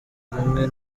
rumwe